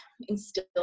instill